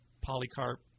Polycarp